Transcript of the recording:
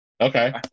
okay